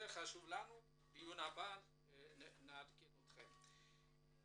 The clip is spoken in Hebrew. בדיון הבא נעדכן אתכם.